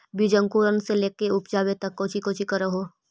बीज अंकुरण से लेकर उपजाबे तक कौची कौची कर हो?